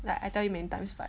like I tell you many times but